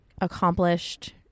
accomplished